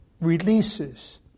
releases